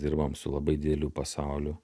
dirbam su labai dideliu pasauliu